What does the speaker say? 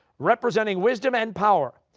representing wisdom and power,